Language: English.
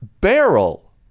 Barrel